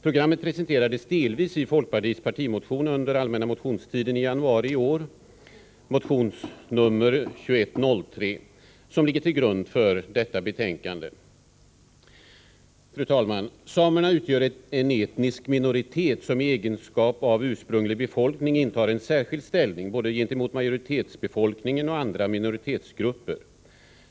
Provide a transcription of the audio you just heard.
Programmet presenterades delvis i folkpartiets partimotion 1983/84:2103 under allmänna motionstiden i januari i år. Denna partimotion ligger ju till grund för detta betänkande. Fru talman! Samerna utgör en etnisk minoritet, som i egenskap av ursprunglig befolkning intar en särskild ställning, både gentemot majoritetsbefolkningen och gentemot andra minoritetsgrupper.